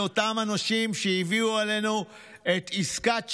אותם אנשים שהביאו עלינו את עסקת שליט"?